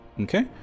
Okay